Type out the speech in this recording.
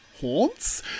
haunts